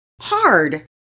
hard